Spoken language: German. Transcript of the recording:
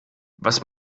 was